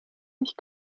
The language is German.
nicht